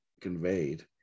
conveyed